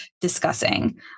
discussing